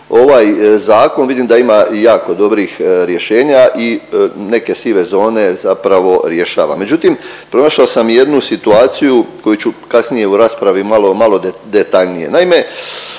ovaj zakon vidim da ima i jako dobrih rješenja i neke sive zone zapravo rješava. Međutim, pronašao sam jednu situaciju koju ću kasnije u raspravi malo, malo detaljnije.